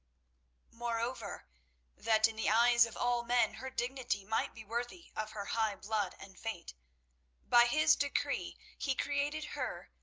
moreover that in the eyes of all men her dignity might be worthy of her high blood and fate by his decree he created her,